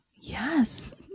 yes